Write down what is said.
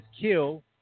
kill